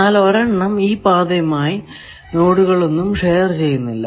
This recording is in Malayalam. എന്നാൽ ഒരെണ്ണം ഈ പാതയുമായി നോഡുകൾ ഒന്നും ഷെയർ ചെയ്യുന്നില്ല